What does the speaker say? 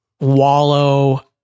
wallow